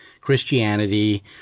Christianity